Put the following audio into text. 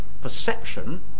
perception